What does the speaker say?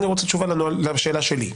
אני רוצה תשובה לשאלה שלי.